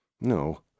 No